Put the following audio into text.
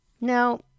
Now